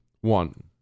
One